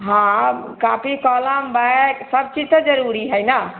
हँ कापी कलम बैग सभचीज तऽ जरूरी हइ ने